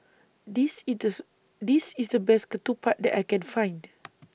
This This IS The Best Ketupat that I Can Find